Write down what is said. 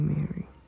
Mary